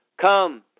come